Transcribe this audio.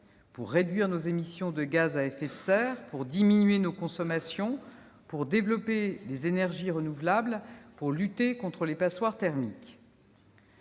: réduire nos émissions de gaz à effet de serre, diminuer nos consommations, développer les énergies renouvelables et lutter contre les passoires thermiques.